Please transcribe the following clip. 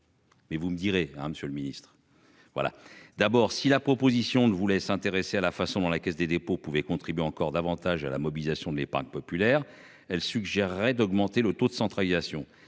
Mais vous me direz, Monsieur le Ministre, voilà d'abord si la proposition ne voulait s'intéresser à la façon dont la Caisse des dépôts pouvez contribuer encore davantage à la mobilisation de l'épargne populaire elle suggérerait d'augmenter le taux de centralisation